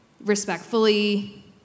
respectfully